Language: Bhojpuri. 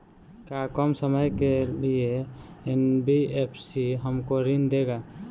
का कम समय के लिए एन.बी.एफ.सी हमको ऋण देगा?